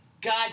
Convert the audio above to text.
God